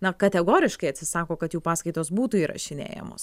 na kategoriškai atsisako kad jų paskaitos būtų įrašinėjamos